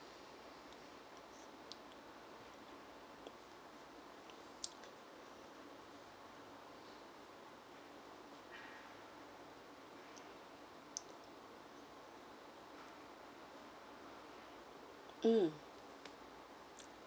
mm